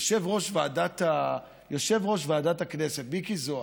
יושב-ראש ועדת הכנסת מיקי זוהר,